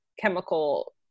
chemical